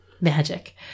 magic